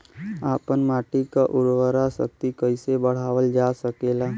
आपन माटी क उर्वरा शक्ति कइसे बढ़ावल जा सकेला?